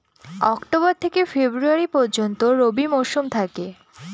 October থেকে February পর্যন্ত রবি মৌসুম থাকে